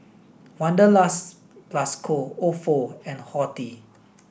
Wanderlust plus Co Ofo and Horti